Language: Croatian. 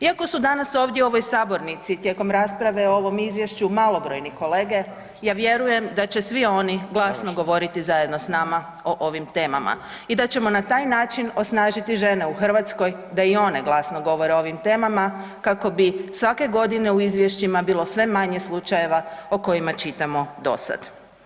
Iako su danas ovdje u ovoj sabornici tijekom rasprave o ovom izvješću malobrojni kolege, ja vjerujem da će svi oni glasno govoriti zajedno s nama o ovim temama i da ćemo na taj način osnažiti žene u Hrvatskoj da i one glasno govore o ovim temama kako bi svake godine u izvješćima bilo sve manje slučajeva o kojima čitamo dosada.